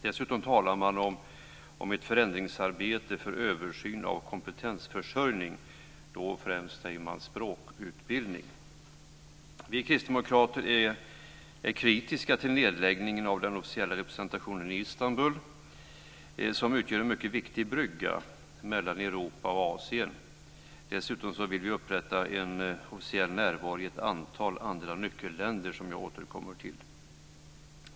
Dessutom talar man om ett förändringsarbete för översyn av kompetensförsörjning, och då nämner man främst språkutbildning. Vi kristdemokrater är kritiska till nedläggningen av den officiella representationen i Istanbul, som utgör en mycket viktig brygga mellan Europa och Asien. Dessutom vill vi upprätta en officiell närvaro i ett antal andra nyckelländer, som jag återkommer till.